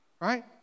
right